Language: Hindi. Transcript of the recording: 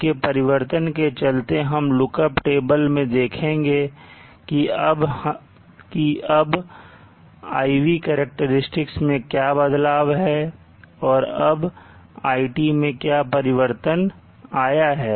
इनके परिवर्तन होने के चलते हम look up टेबल मैं देखेंगे कि अब IV करैक्टेरिस्टिक्स मैं क्या बदलाव है और अब iT मैं क्या परिवर्तन आया है